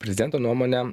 prezdento nuomone